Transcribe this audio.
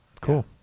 Cool